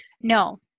no